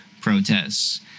protests